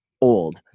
old